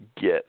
get